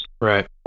Right